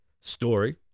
story